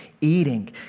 eating